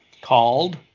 Called